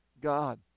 God